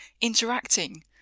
interacting